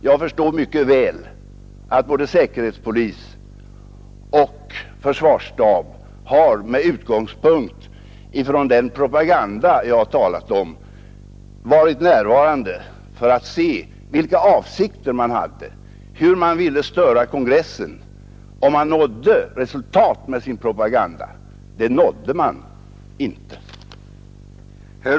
Jag förstår mycket — Nr 53 väl att både säkerhetspolisen och försvarsstaben med utgångspunkt i den Torsdagen den propaganda jag talat om var närvarande för att se vilka avsikter man 6 april 1972 hade, hur man avsåg att störa kongressen och om man nådde resultat med sin propaganda — men det gjorde man ju inte! Ang.